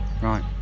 Right